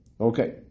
Okay